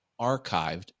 archived